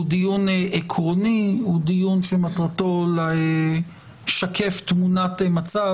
הוא דיון עקרוני שמטרתי לשקף תמונת מצב